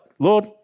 Lord